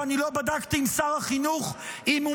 שאני לא בדקתי עם שר החינוך אם הוא